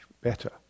better